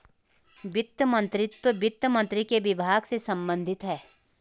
वित्त मंत्रीत्व वित्त मंत्री के विभाग से संबंधित है